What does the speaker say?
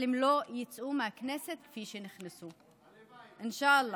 אבל הן לא יצאו מהכנסת כפי שנכנסו, אינשאללה.